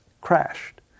crashed